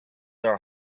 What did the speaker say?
are